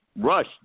rush